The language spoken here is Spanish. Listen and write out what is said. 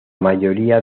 mayoría